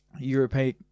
European